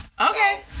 Okay